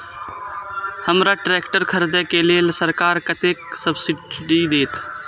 हमरा ट्रैक्टर खरदे के लेल सरकार कतेक सब्सीडी देते?